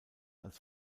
als